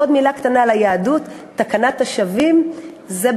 עוד מילה קטנה על היהדות: תקנת השבים באמת